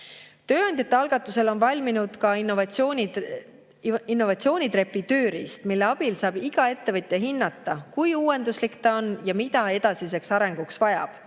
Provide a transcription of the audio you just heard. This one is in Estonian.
Tööandjate algatusel on valminud ka Innovatsioonitrepi tööriist, mille abil saab iga ettevõtja hinnata, kui uuenduslik ta on ja mida edasiseks arenguks vajab.